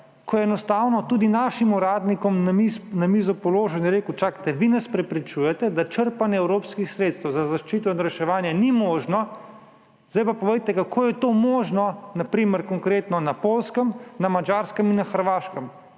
in je enostavno tudi našim uradnikom na mizo položil in je rekel: »Čakajte, vi nas prepričujete, da črpanje evropskih sredstev za zaščito in reševanje ni možno. Zdaj pa povejte, kako je to možno na primer konkretno na Poljskem, na Madžarskem in na Hrvaškem.